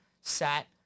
sat